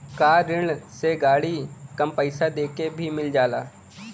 कार ऋण से गाड़ी कम पइसा देके भी मिल जाला